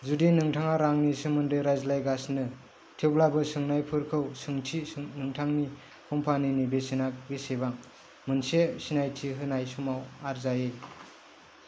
जुदि नोंथाङा रांनि सोमोन्दै रायज्लायगासिनो थेवब्लाबो सोंनायफोरखौ सोंथि नोंथांनि कम्पानिनि बेसेना बेसेबां मोनसे सिनायथि होनाय समाव आरजायै